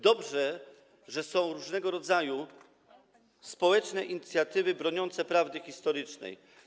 Dobrze, że są różnego rodzaju społeczne inicjatywy broniące prawdy historycznej.